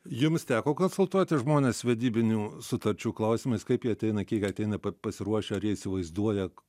jums teko konsultuoti žmones vedybinių sutarčių klausimais kaip jie ateina kiek ateina pasiruošę ar jie įsivaizduoja